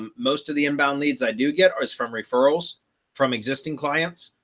um most of the inbound leads, i do get offers from referrals from existing clients.